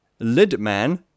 Lidman